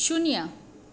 શૂન્ય